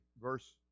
verse